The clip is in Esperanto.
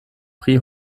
pri